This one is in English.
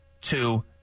two